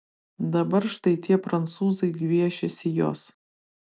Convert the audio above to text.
dabar štai tie prancūzai gviešiasi jos